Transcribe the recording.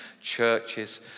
churches